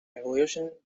evolution